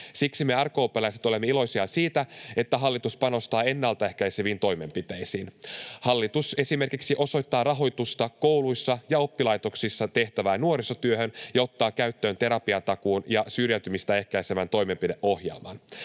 Siksi me RKP:läiset olemme iloisia siitä, että hallitus panostaa ennaltaehkäiseviin toimenpiteisiin. Hallitus esimerkiksi osoittaa rahoitusta kouluissa ja oppilaitoksissa tehtävään nuorisotyöhön ja ottaa käyttöön terapiatakuun ja syrjäytymistä ehkäisevän toimenpideohjelman.